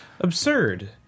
absurd